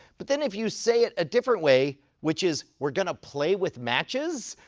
but then if you say it a different way, which is, we're going to play with matches,